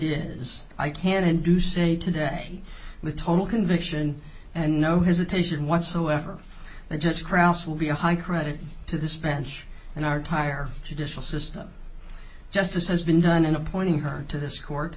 is i can and do say today with total conviction and no hesitation whatsoever i judge krauss will be a high credit to this bench and i retire judicial system justice has been done and appointing her to this court